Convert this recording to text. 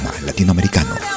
Latinoamericano